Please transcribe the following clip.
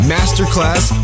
Masterclass